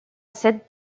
cette